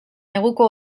neguko